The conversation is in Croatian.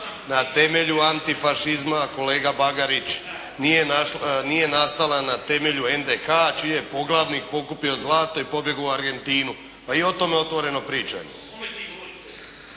na temelju antifašizma, kolega Bagarić, nije nastala na temelju NDH čiji je poglavnik pokupio zlato i pobjegao u Argentinu. Pa i o tome otvoreno pričamo.